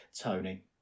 Tony